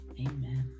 Amen